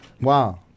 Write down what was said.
wow